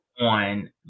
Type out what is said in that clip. on